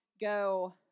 go